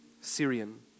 Syrian